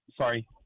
sorry